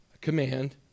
command